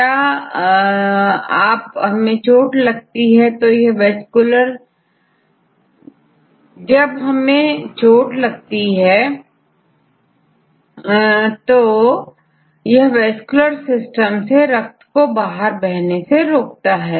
क्या आप हमें चोट लगती है तो यह वैस्कुलर सिस्टम से रक्त को बाहर बहने से रोकता है